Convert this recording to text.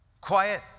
Quiet